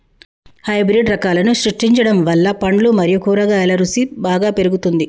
hybrid రకాలను సృష్టించడం వల్ల పండ్లు మరియు కూరగాయల రుసి బాగా పెరుగుతుంది